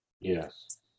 Yes